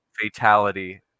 fatality